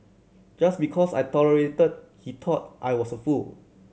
just because I tolerated he thought I was a fool